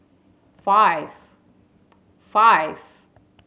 five five